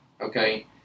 Okay